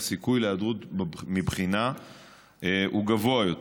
הסיכוי להיעדרות מבחינה הוא גבוה יותר.